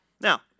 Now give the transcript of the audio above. Now